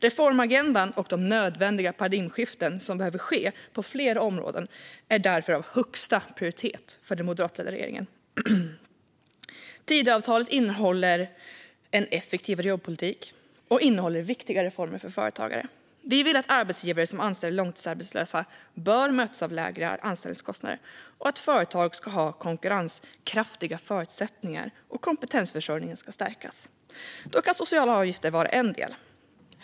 Reformagendan och de nödvändiga paradigmskiften som behöver ske på flera områden är därför av högsta prioritet för den moderatledda regeringen. Tidöavtalet innehåller en effektivare jobbpolitik och viktiga reformer för företagare. Vi vill att arbetsgivare som anställer långtidsarbetslösa möts av lägre anställningskostnader och att företag ska ha konkurrenskraftiga förutsättningar. Vi vill också att kompetensförsörjningen ska stärkas. Sociala avgifter kan vara en del i det arbetet.